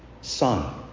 son